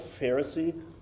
Pharisee